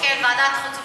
כן, ועדת חוץ וביטחון.